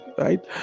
Right